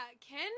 ken